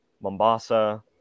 Mombasa